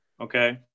Okay